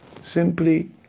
simply